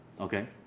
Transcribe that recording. Okay